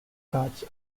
cards